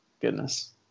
goodness